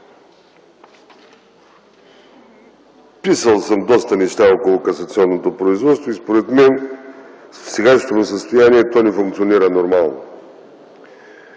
Писал съм доста неща около касационното производство. Според мен в сегашното му състояние, то не функционира нормално,